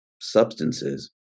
substances